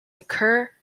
occur